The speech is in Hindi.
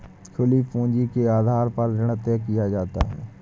खुली पूंजी के आधार पर ऋण तय किया जाता है